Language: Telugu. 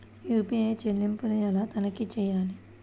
యూ.పీ.ఐ చెల్లింపులు ఎలా తనిఖీ చేయాలి?